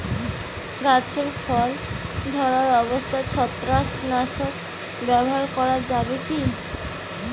গাছে ফল ধরা অবস্থায় ছত্রাকনাশক ব্যবহার করা যাবে কী?